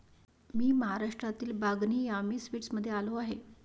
मी महाराष्ट्रातील बागनी यामी स्वीट्समध्ये आलो आहे